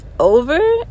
Over